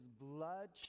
blood